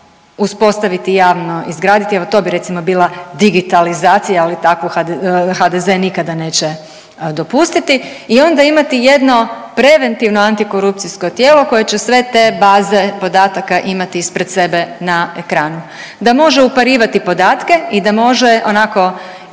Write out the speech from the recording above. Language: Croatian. uspostaviti javno, izgraditi, evo to bi recimo bila digitalizacija, ali takvu HDZ nikada neće dopustiti i onda imati jedno preventivno Antikorupcijsko tijelo koje će sve te baze podataka imati ispred sebe na ekranu da može uparivati podatke i da može onako paliti